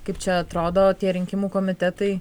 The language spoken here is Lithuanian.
kaip čia atrodo tie rinkimų komitetai